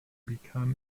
become